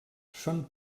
són